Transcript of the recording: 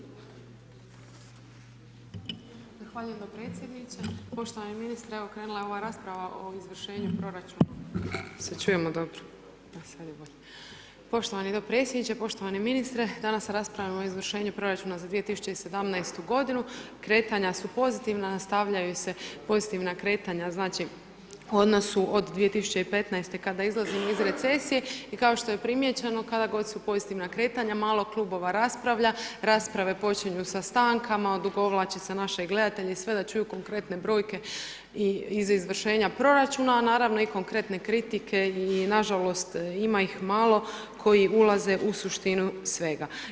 Zahvaljujem dopredsjedniče, poštovani ministre, evo krenula je ova rasprava o izvršenju proračuna, jel se čujemo dobro [[Upadica: evo, sad je bolje.]] poštovani dopredsjedniče, poštovani ministre, danas raspravljamo o izvršenju proračuna za 2017. godinu, kretanja su pozitivna, nastavljaju se pozitivna kretanja, znači, u odnosu od 2015. kada izlazi iz recesije i kao što je primijećeno kada god su pozitivna kretanja malo klubova raspravlja, rasprave počinju sa stankama odugovlače se naši gledatelje i sve da čuju konkretne brojke iz izvršenja proračuna, a naravno i konkretne kritike i nažalost ima ih malo koji ulaze u suštinu svega.